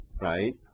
Right